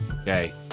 Okay